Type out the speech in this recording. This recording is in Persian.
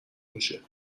کشه